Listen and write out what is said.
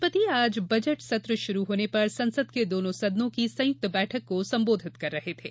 राष्ट्रपति आज बजट सत्र शुरू होने पर संसद के दोनों सदनों की संयुक्त बैठक को संबोधित कर रहे थे